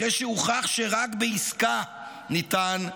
אחרי שהוכח שרק בעסקה ניתן להחזירן.